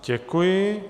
Děkuji.